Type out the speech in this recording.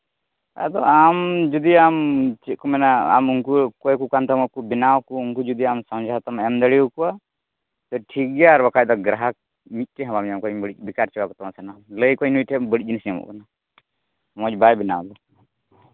ᱟᱫᱚ ᱟᱢ ᱡᱩᱫᱤ ᱟᱢ ᱪᱮᱫ ᱠᱚ ᱢᱮᱱᱟ ᱟᱢ ᱩᱱᱠᱩ ᱚᱠᱚᱭ ᱠᱚ ᱠᱟᱱ ᱛᱟᱢᱟ ᱠᱚ ᱵᱮᱱᱟᱣ ᱠᱚ ᱩᱱᱠᱩ ᱡᱩᱫᱤ ᱟᱢ ᱥᱟᱢᱡᱷᱟᱣᱛᱮᱢ ᱮᱢ ᱫᱟᱲᱮᱭᱟᱠᱚᱣᱟ ᱴᱷᱤᱠ ᱜᱮᱭᱟ ᱵᱟᱠᱷᱟᱱ ᱫᱚ ᱜᱨᱟᱦᱚᱠ ᱢᱤᱫᱴᱮᱱ ᱦᱚᱸ ᱵᱟᱢ ᱧᱟᱢ ᱠᱚᱣᱟ ᱤᱧ ᱵᱮᱠᱟᱨ ᱪᱟᱵᱟ ᱠᱚᱛᱟᱢᱟ ᱞᱟᱹᱭ ᱠᱚᱣᱟᱧ ᱱᱩᱭ ᱴᱷᱮᱱ ᱵᱟᱹᱲᱤᱡ ᱡᱤᱱᱤᱥ ᱧᱟᱢᱚᱜ ᱠᱟᱱᱟ ᱢᱚᱡᱽ ᱵᱟᱭ ᱵᱮᱱᱟᱣᱫᱟ